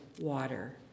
water